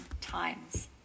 times